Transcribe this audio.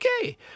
okay